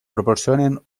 proporcionen